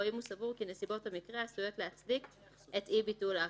או אם הוא סבור כי נסיבות המקרה עשויות להצדיק את אי-ביטול ההכרה.